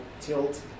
tilt